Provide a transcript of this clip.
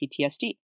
PTSD